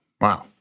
Wow